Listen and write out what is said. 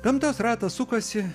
gamtos ratas sukasi